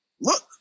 look